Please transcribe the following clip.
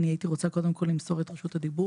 אני הייתי רוצה קודם כל למסור את רשות הדיבור.